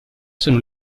sono